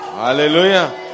Hallelujah